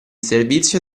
servizio